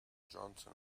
johnson